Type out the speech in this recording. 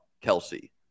Kelsey